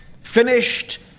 finished